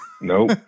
Nope